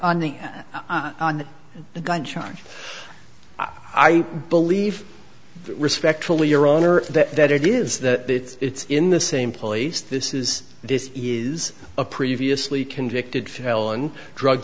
on the on the gun charge i believe respectfully your honor that it is that it's in the same place this is this is a previously convicted felon drug